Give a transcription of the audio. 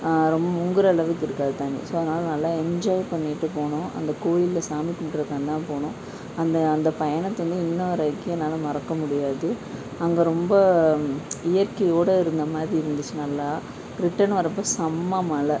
ரொம்ப முங்குகிற அளவுக்கு இருக்காது தண்ணி ஸோ அதனால் நல்லா என்ஜாய் பண்ணிகிட்டு போனோம் அந்த கோயில்ல சாமி கும்புடுறதுக்காக தான் போனோம் அந்த அந்த பயணத்தை வந்து இன்று வரைக்கும் என்னால் மறக்க முடியாது அங்கே ரொம்ப இயற்கையோடு இருந்த மாதிரி இருந்துச்சு நல்லா ரிட்டன் வர்றப்போ செம்ம மழை